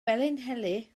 felinheli